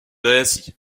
ainsi